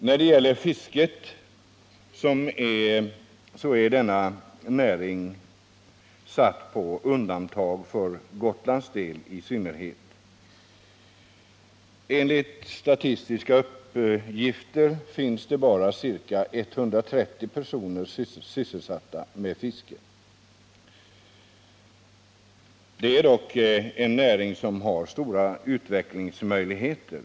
När det gäller fisket vill jag peka på att denna näring på Gotland är satt på undantag. Enligt statistiska uppgifter finns det bara ca 130 personer sysselsatta med fiske. Det är dock en näring som har stora utvecklingsmöjligheter.